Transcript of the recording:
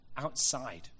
outside